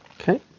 okay